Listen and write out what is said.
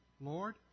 Lord